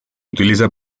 utiliza